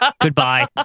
Goodbye